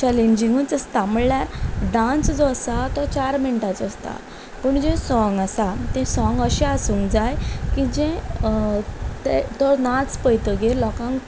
चलेंजींगूच आसता म्हणल्यार डांस जो आसा तो चार मिनटांचो आसता पूण जे सोंग आसा ते सोंग अशें आसूंक जाय की जे ते तो नाच पयतगीर लोकांक